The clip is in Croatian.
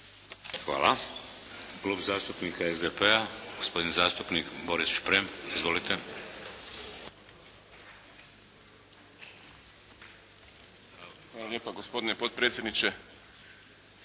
Hvala. Klub zastupnika SDP-a gospodin zastupnik Boris Šprem. Izvolite. **Šprem, Boris (SDP)** Hvala lijepa gospodine potpredsjedniče,